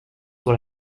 sur